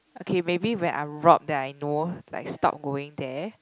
okay maybe when I'm robbed then I know like stop going there